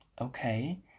okay